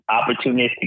opportunistic